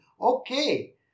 Okay